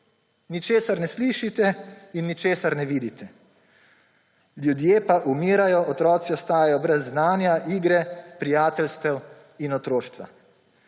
ničesar ne slišite in ničesar ne vidite, ljudje umirajo, otroci ostajajo brez znanja, igre, prijateljstev in otroštva.